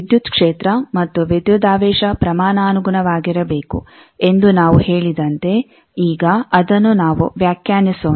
ವಿದ್ಯುತ್ ಕ್ಷೇತ್ರ ಮತ್ತು ವಿದ್ಯುದಾವೇಶ ಪ್ರಮಾಣಾನುಗುಣವಾಗಿರಬೇಕು ಎಂದು ನಾವು ಹೇಳಿದಂತೆ ಈಗ ಅದನ್ನು ನಾವು ವ್ಯಾಖ್ಯಾನಿಸೋಣ